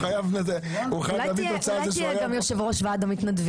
הוא חייב להביא תוצאה על זה --- אולי תהיה גם יושב ראש ועד המתנדבים,